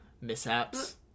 mishaps